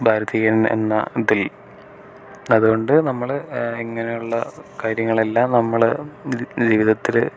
ഭാരതീയൻ എന്നതിൽ അതുകൊണ്ട് നമ്മൾ ഇങ്ങനെയുള്ള കാര്യങ്ങളെല്ലാം നമ്മൾ നിത്യജീവിതത്തിൽ